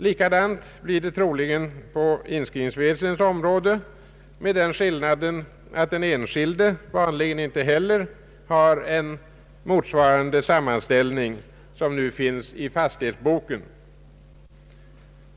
Likadant blir det troligen på inskrivningsväsendets område med den skillnaden att den enskilde vanligen inte heller har en sammanställning som motsvarar den som nu finns i fastighetsboken.